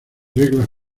reglas